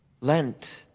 Lent